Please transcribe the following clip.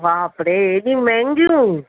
बाप रे हेॾी महांगियूं